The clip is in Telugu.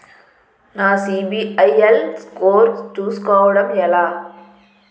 నా సిబిఐఎల్ స్కోర్ చుస్కోవడం ఎలా?